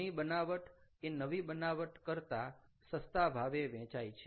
જૂની બનાવટ એ નવી બનાવટ કરતા સસ્તા ભાવે વેચાય છે